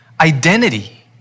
identity